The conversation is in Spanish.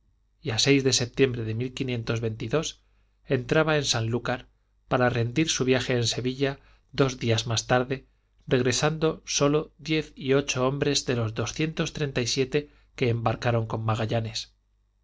de entraba en sanlúcar para rendir su viaje en sevilla dos días más tarde regresando sólo diez y ocho hombres de los doscientos treinta y siete que embarcaran con magallanes